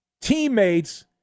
teammates